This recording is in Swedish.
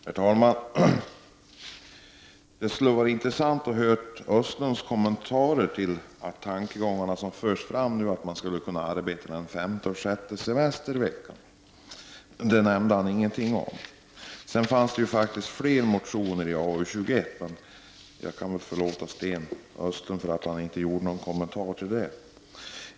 Herr talman! Det skulle ha varit intressant att höra Sten Östlunds kommentarer till de tankegångar som nu förs fram, att man skulle kunna arbeta den femte och sjätte semesterveckan. Det nämnde han ingenting om. Det fanns faktiskt fler motioner i arbetsmarknadsutskottets betänkande 21. Men jag kan förlåta Sten Östlund för att han inte kommenterade dem.